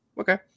Okay